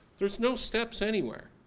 there's no steps anywhere.